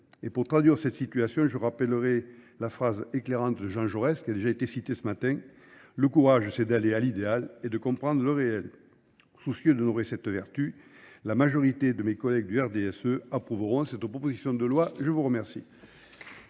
pour traduire cette situation, je rappellerai la phrase éclairante de Jean Jaurès, qui a déjà été citée ce matin. Le courage, c'est d'aller à l'idéal et de comprendre le réel. soucieux de nourrir cette vertu. La majorité de mes collègues du RDSE approuveront cette proposition de loi. Je vous remercie.